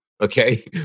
okay